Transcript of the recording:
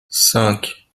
cinq